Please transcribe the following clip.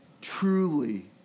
truly